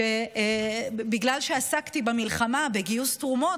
בגלל שעסקתי במלחמה בגיוס תרומות,